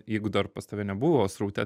jeigu dar pas tave nebuvo sraute